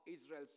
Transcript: Israel